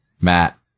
Matt